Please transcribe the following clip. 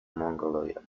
mongolia